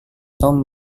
tom